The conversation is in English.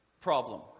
Problem